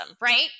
right